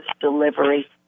delivery